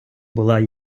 була